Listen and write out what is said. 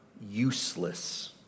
useless